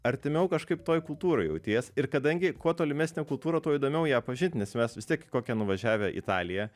artimiau kažkaip toj kultūroj jauties ir kadangi kuo tolimesnė kultūra tuo įdomiau ją pažint nes mes vis tiek į kokią nuvažiavę į italiją